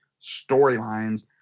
storylines